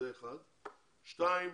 שנית,